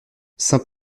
saint